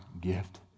gift